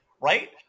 Right